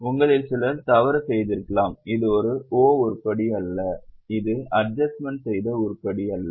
உங்களில் சிலர் தவறு செய்திருக்கலாம் இது ஒரு O உருப்படி அல்ல இது அட்ஜஸ்ட்மென்ட் செய்த உருப்படி அல்ல